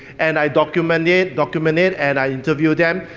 and i document it, document it, and i interview them,